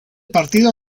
partido